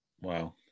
wow